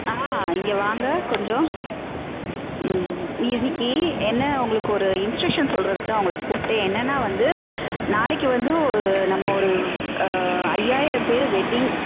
ஆ இங்கே வாங்க கொஞ்சம் இன்னிக்கு என்ன உங்களுக்கு ஒரு இன்ஸ்ட்ரக்ஷன் சொல்லுறதுக்கு தான் உங்கள கூப்பிடேன் என்னன்னா வந்து நாளைக்கு வந்து ஒரு நம்ம ஒரு ஐயாயிரம் பேர் வெட்டிங்